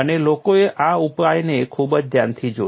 અને લોકોએ આ ઉપાયને ખૂબ જ ધ્યાનથી જોયો